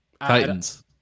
Titans